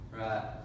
right